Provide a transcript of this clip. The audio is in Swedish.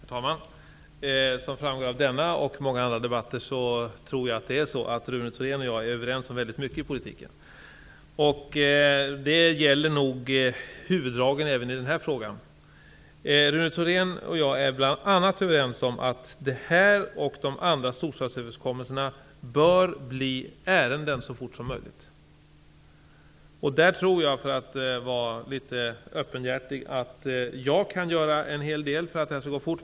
Herr talman! Som framgår av denna och många andra debatter är Rune Thorén och jag -- det tror jag -- överens om väldigt mycket i politiken. Det gäller nog huvuddragen även i den här frågan. Bl.a. är vi överens om att det här liksom de andra storstadsöverenskommelserna bör bli ärenden så fort som möjligt. Där tror jag, för att nu vara litet öppenhjärtig, att jag kan göra en hel del för att det skall gå fort.